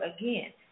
again